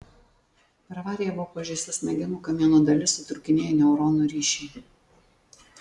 per avariją buvo pažeista smegenų kamieno dalis sutrūkinėję neuronų ryšiai